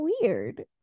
weird